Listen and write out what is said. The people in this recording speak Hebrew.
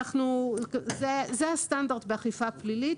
זה הסטנדרט באכיפה פלילית.